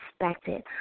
expected